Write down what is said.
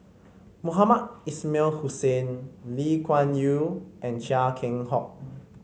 Mohamed Ismail Hussain Lee Kuan Yew and Chia Keng Hock